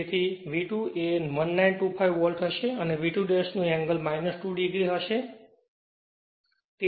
તેથી V2 એ 1925 volt હશે અને V2 નો એંગલ 2 o છે